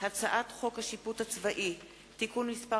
הצעת חוק השיפוט הצבאי (תיקון מס'